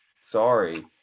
sorry